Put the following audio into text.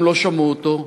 הם לא שמעו אותו,